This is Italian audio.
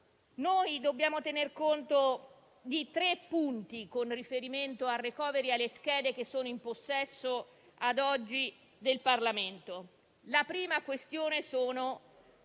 Noi dobbiamo tenere conto di tre punti con riferimento al *recovery* e alle schede che sono ad oggi in possesso del Parlamento. La prima questione sono